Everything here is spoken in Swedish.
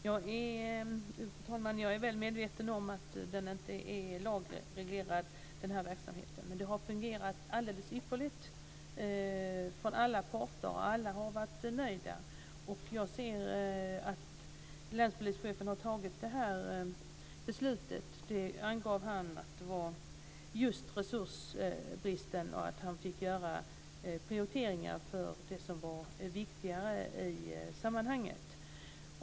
Fru talman! Jag är väl medveten om att den här verksamheten inte är lagreglerad. Men den har fungerat alldeles ypperligt för alla parter. Alla har varit nöjda. Länspolischefen angav just resursbristen som skäl till varför han har fattat det här beslutet. Han fick göra prioriteringar till förmån för det som var viktigare i sammanhanget.